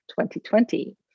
2020